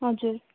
हजुर